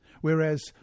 whereas